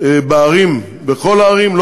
בכל הערים,